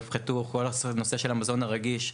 הופחתו בכל הנושא של המזון הרגיש.